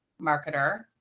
marketer